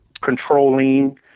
controlling